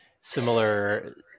similar